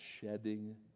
shedding